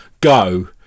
go